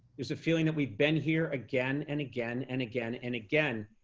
there's a feeling that we've been here again and again and again and again.